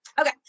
Okay